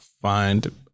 find